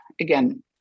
again